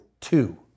two